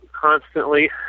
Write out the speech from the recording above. constantly